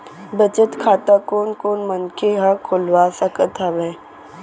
बचत खाता कोन कोन मनखे ह खोलवा सकत हवे?